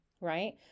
Right